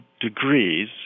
degrees